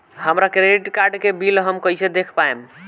हमरा credit card के bill हम कइसे देख पाएम?